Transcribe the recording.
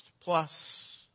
plus